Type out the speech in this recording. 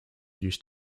used